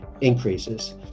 increases